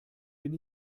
bin